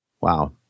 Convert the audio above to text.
Wow